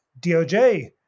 DOJ